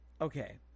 okay